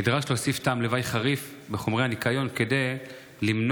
נדרש להוסיף טעם לוואי חריף בחומרי הניקיון כדי למנוע